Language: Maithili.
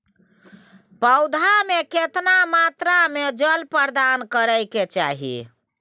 पौधा में केतना मात्रा में जल प्रदान करै के चाही?